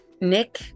Nick